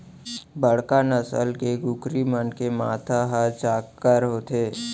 बड़का नसल के कुकरी मन के माथा ह चाक्कर होथे